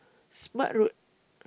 Smart Road